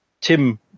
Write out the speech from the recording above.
Tim